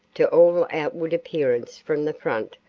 to all outward appearance from the front,